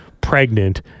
pregnant